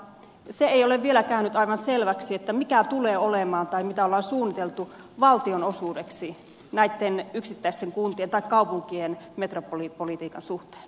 se ei ole vielä käynyt aivan selväksi mikä tulee olemaan tai mitä on suunniteltu valtion osuudeksi näitten yksittäisten kuntien tai kaupunkien metropolipolitiikan suhteen